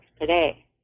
today